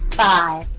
five